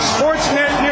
Sportsnet